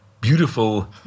beautiful